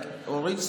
אורית סטרוק.